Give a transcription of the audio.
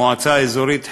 המועצה האזורית חבל-יבנה,